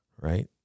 Right